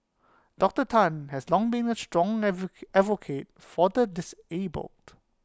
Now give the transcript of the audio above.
Doctor Tan has long been A strong advocate for the disabled